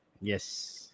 Yes